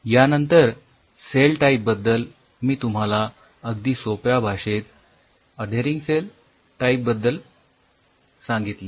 यानंतर cell type बद्दल मी तुम्हाला अगदी सोप्या भाषेत अधेरिंग सेल टाईप बद्दल सांगितले